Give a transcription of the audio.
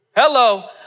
Hello